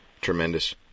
Tremendous